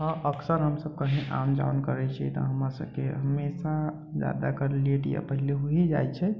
हँ अक्सर हम सभ कहीं आन जान करै छी तऽ हमरा सभके हमेशा जादातर लेट या पहले हो ही जाइ छै